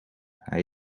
hij